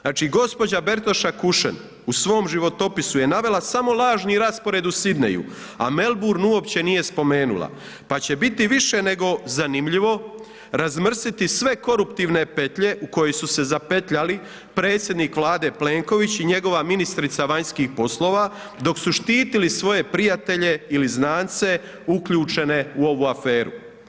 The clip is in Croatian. Znači gđa. Bertoša Kušen u svom životopisu je navela samo lažni raspored u Sydneyju a Melbourne uopće nije spomenula pa će biti više nego zanimljivo razmrsiti sve koruptivne petlje u kojoj su se zapetljali predsjednik Vlade Plenković i njegova ministrica vanjskih poslova dok su štitili svoje prijatelje ili znance uključene u ovu aferu.